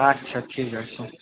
আচ্ছা ঠিক আছে